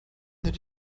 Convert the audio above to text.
did